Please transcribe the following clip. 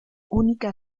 única